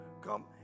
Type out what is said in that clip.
Come